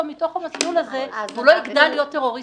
מתוך המסלול הזה והוא לא יגדל להיות טרוריסט.